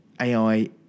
AI